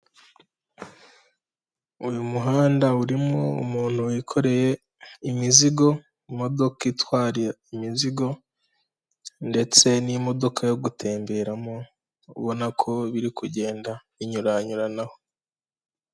Uyu muhanda urimo umuntu wikoreye imizigo, mu modoka itwara imizigo ndetse n'imodoka yo gutemberamo, ubona ko biri kugenda binyuranyuranaho.